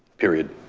period.